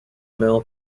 mill